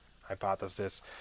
hypothesis